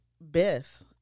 Beth